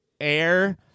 air